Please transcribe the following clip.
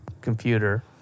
computer